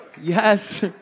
Yes